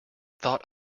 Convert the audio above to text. thought